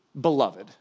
Beloved